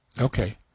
Okay